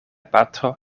patro